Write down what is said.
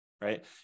right